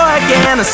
again